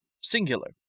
singular